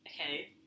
Okay